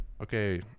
okay